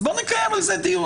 אז בוא נקיים על זה דיון,